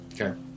Okay